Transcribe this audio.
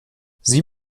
sieh